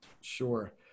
Sure